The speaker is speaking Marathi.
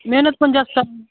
मेहनत पण जास्त